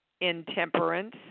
intemperance